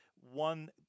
one